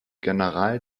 general